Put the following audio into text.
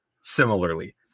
similarly